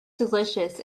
delicious